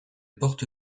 porte